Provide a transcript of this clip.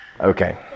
Okay